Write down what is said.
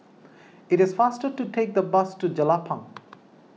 it is faster to take the bus to Jelapang